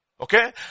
okay